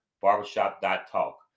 barbershop.talk